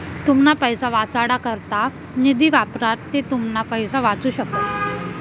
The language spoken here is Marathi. तुमना पैसा वाचाडा करता निधी वापरा ते तुमना पैसा वाचू शकस